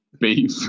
beef